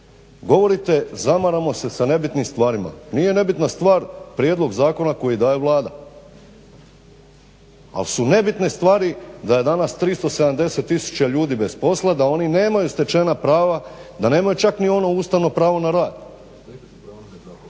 Govorite zamaramo se sa nebitnim stvarima, nije nebitna stvar prijedlog zakona koji daje Vlada. Ali su nebitne stvari da je danas 370 tisuća ljudi bez posla, da oni nemaju stečen prava, da nemaju čak ni ono Ustavno pravo na rad.